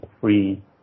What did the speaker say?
free